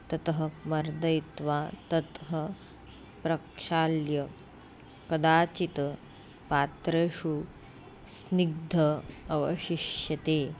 ततः मर्दयित्वा तत् ह प्रक्षाल्य कदाचित् पात्रेषु स्निग्धम् अवशिष्यते